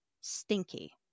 stinky